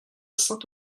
saint